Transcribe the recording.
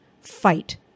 fight